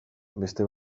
beste